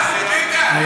ביטן, כי גמרת אותו.